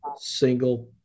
single